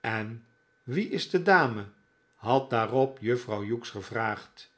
en wie is de dame had daarop juffrouw hughes gevraagd